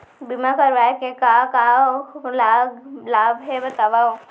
बीमा करवाय के का का लाभ हे बतावव?